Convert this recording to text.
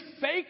fake